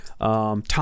Tom